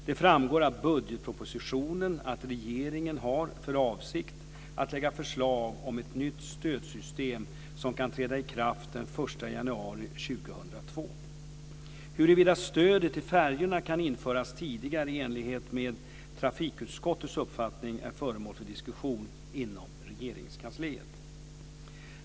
Det framgår av budgetpropositionen att regeringen har för avsikt att lägga fram förslag om ett nytt stödsystem som kan träda i kraft den 1 januari 2002. Huruvida stödet till färjorna kan införas tidigare i enlighet med trafikutskottets uppfattning är föremål för diskussion inom Regeringskansliet.